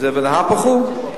זה "ונהפוך הוא"?